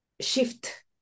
shift